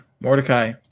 Mordecai